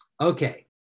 Okay